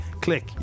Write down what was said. Click